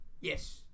Yes